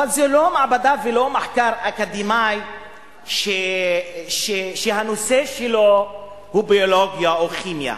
אבל זה לא מעבדה ולא מחקר אקדמי שהנושא שלו הוא ביולוגיה או כימיה.